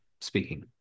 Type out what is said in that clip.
speaking